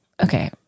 okay